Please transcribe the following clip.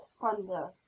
thunder